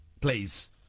Please